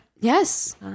Yes